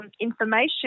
Information